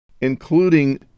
including